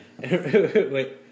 Wait